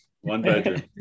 One-bedroom